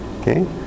Okay